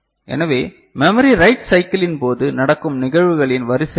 எனவே memory write சைக்கிளின் போது நடக்கும் நிகழ்வுகளின் வரிசை என்ன